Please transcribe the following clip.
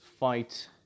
fight